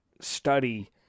study